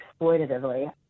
exploitatively